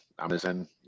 Amazon